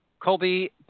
Colby